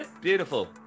Beautiful